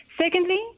Secondly